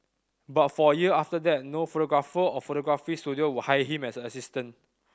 but for a year after that no photographer or photography studio would hire him as an assistant